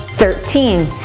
thirteen,